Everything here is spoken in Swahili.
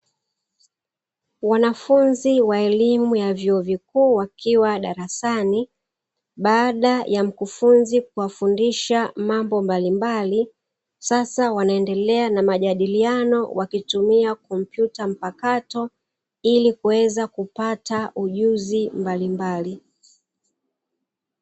Wanafunzi wa elimu ya vyuo vikuu wakiwa darasani, baada ya mkufunzi kuwafundisha mambo mbalimbali sasa wanaendelea na majadiliano wakitumia kompyuta mpakato ili kuweza kupata ujuzi mbalimbali.